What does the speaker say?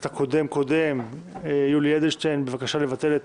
הקודם קודם יולי אדלשטיין בבקשה לבטל את